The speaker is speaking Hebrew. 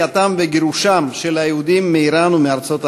יציאתם וגירושם של היהודים מאיראן ומארצות ערב,